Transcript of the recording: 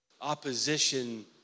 Opposition